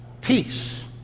peace